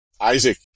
Isaac